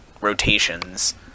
rotations